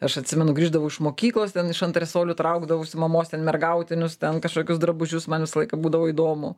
aš atsimenu grįždavau iš mokyklos ten iš antresolių traukdavausi mamos ten mergautinius ten kažkokius drabužius man visą laiką būdavo įdomu